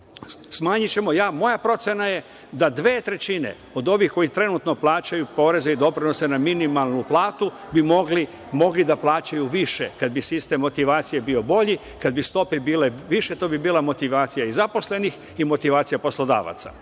smanjićemo. Moja procena je da dve trećine od ovih koji trenutno plaćaju poreze i doprinose na minimalnu platu bi mogli da plaćaju više kad bi sistem motivacije bio bolji. Kad bi stope bile više, to bi bila motivacija i zaposlenih i motivacija poslodavaca,